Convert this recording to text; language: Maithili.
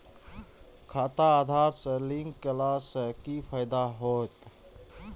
खाता आधार से लिंक केला से कि फायदा होयत?